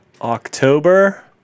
October